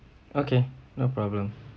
okay no problem